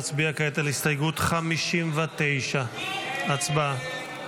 נצביע כעת על הסתייגות 59. הצבעה.